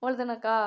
அவ்வளோ தானேக்கா